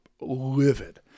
livid